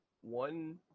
one